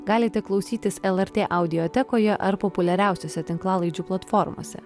galite klausytis lrt audiotekoje ar populiariausiose tinklalaidžių platformose